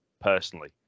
personally